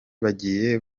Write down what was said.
bagiye